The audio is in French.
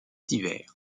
divers